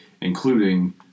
including